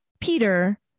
Peter